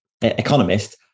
-economist